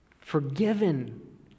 forgiven